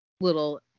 little